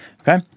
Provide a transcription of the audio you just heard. Okay